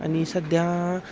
आणि सध्या